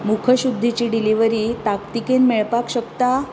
मुखशुध्दीची delivery ताकतिकेन मेळपाक शकता